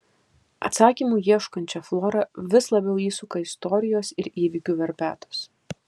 atsakymų ieškančią florą vis labiau įsuka istorijos ir įvykių verpetas